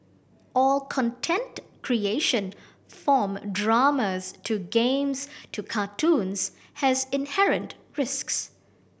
all content creation from dramas to games to cartoons has inherent risks